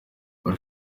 paul